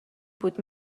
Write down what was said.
بود